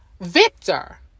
Victor